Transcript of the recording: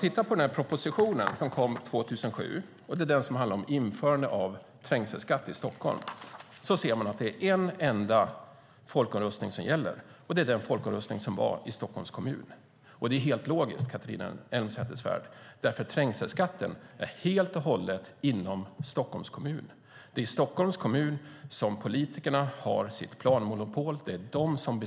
I propositionen om införande av trängselskatt i Stockholm, som kom 2007, ser man att det är en enda folkomröstning som gäller, och det är den som var i Stockholms kommun. Det är helt logiskt, för trängselskatten är helt och hållet inom Stockholms kommun. Det är i Stockholms kommun som politikerna har sitt planmonopol.